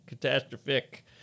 Catastrophic